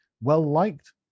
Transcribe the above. well-liked